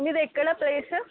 మీది ఎక్కడ ప్లేసు